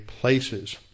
places